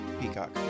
peacock